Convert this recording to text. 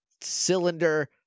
cylinder